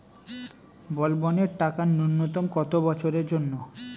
বলবনের টাকা ন্যূনতম কত বছরের জন্য?